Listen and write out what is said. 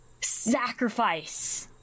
sacrifice